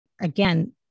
again